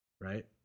Right